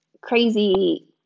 crazy